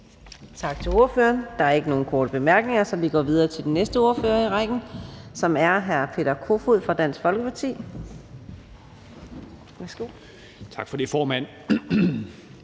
Tak til ordføreren. Der er ikke nogen korte bemærkninger, så vi går videre til den næste ordfører i rækken, som er fru Rosa Lund fra Enhedslisten. Værsgo.